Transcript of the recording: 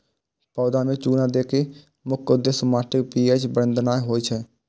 पौधा मे चूना दै के मुख्य उद्देश्य माटिक पी.एच बढ़ेनाय होइ छै